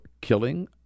killing